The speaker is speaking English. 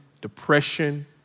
depression